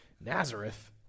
Nazareth